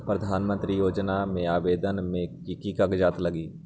प्रधानमंत्री योजना में आवेदन मे की की कागज़ात लगी?